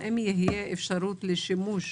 האם תהיה אפשרות לשימוש